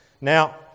Now